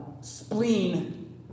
spleen